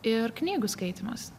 ir knygų skaitymas